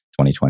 2020